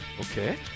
Okay